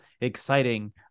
exciting